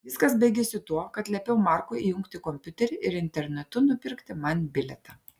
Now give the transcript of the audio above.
viskas baigėsi tuo kad liepiau markui įjungti kompiuterį ir internetu nupirkti man bilietą